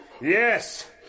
yes